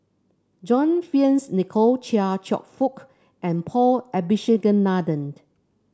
John Fearns Nicoll Chia Cheong Fook and Paul Abisheganaden